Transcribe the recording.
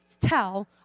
tell